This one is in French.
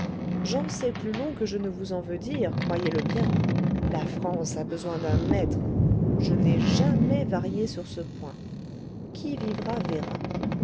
j'en sais plus long que je ne vous en veux dire croyez-le bien la france a besoin d'un maître je n'ai jamais varié sur ce point qui vivra verra